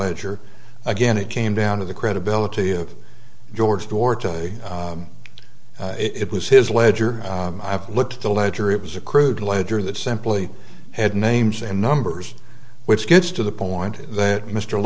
ledger again it came down to the credibility of george door to say it was his ledger i've looked at the ledger it was a crude ledger that simply had names and numbers which gets to the point that mr